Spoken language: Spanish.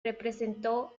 representó